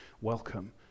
welcome